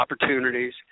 opportunities